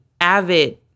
avid